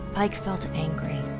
pike felt angry.